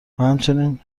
همچنین